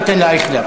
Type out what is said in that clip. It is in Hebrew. נותן לאייכלר.